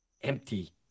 empty